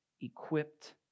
equipped